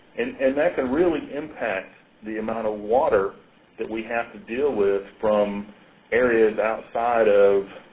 and and that can really impact the amount of water that we have to deal with from areas outside of